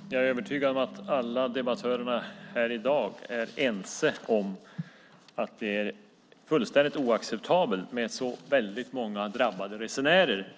Herr talman! Jag är övertygad om att alla debattörer här i dag är ense om att det är fullständigt oacceptabelt med så många drabbade resenärer